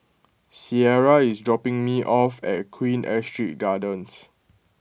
Ciera is dropping me off at Queen Astrid Gardens